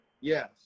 Yes